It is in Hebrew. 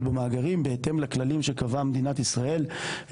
במאגרים בהתאם לכללים שקבעה מדינת ישראל,